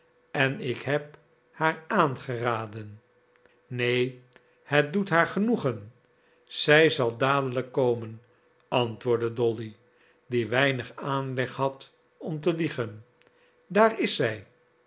en ik heb haar aangeraden neen het doet haar genoegen zij zal dadelijk komen antwoordde dolly die weinig aanleg had om te liegen daar is zij